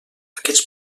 aquests